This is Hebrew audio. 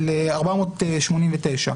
ל-489.